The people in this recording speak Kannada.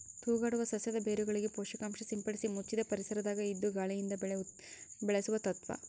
ತೂಗಾಡುವ ಸಸ್ಯದ ಬೇರುಗಳಿಗೆ ಪೋಷಕಾಂಶ ಸಿಂಪಡಿಸಿ ಮುಚ್ಚಿದ ಪರಿಸರದಾಗ ಇದ್ದು ಗಾಳಿಯಿಂದ ಬೆಳೆ ಬೆಳೆಸುವ ತತ್ವ